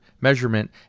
measurement